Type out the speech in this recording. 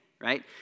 right